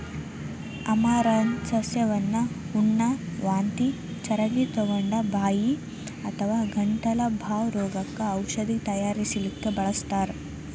amaranth ಸಸ್ಯವನ್ನ ಹುಣ್ಣ, ವಾಂತಿ ಚರಗಿತೊಗೊಂಡ, ಬಾಯಿ ಅಥವಾ ಗಂಟಲ ಬಾವ್ ರೋಗಕ್ಕ ಔಷಧ ತಯಾರಿಸಲಿಕ್ಕೆ ಬಳಸ್ತಾರ್